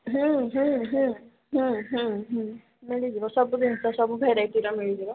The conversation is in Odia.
ହୁଁ ହୁଁ ହୁଁ ହୁଁ ହୁଁ ହୁଁ ମିଳିଯିବ ସବୁ ଜିନିଷ ସବୁ ଭେରାଇଟ୍ର ମିଳିଯିବ